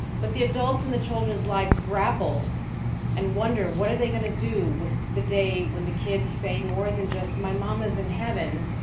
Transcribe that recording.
but the adults' and the children's lives grapple and wonder what are they going to do with the day when the kids say more than just, my mom is in heaven,